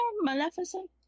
Maleficent